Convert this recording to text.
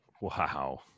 Wow